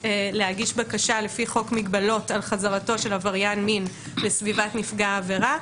להגיש בקשה לפי חוק מגבלות על חזרתו של עבריין מין לסביבת נפגע העבירה,